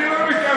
אני לא מתאמץ.